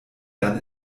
dann